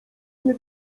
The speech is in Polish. nie